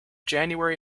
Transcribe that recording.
january